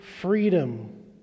freedom